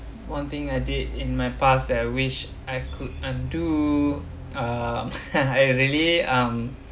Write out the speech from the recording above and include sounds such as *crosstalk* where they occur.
one thing I did in my past I wish I could undo uh *laughs* I really um